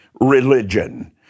religion